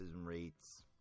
rates